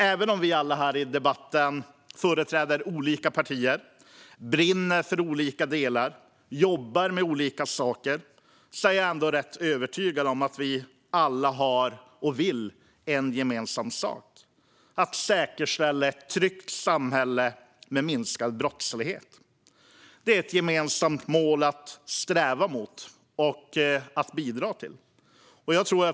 Även om vi alla här i debatten företräder olika partier, brinner för olika delar eller jobbar med olika saker är jag ändå övertygad om att vi alla vill en gemensam sak: att säkerställa ett tryggt samhälle med minskad brottslighet. Det är ett gemensamt mål att sträva mot och att bidra till.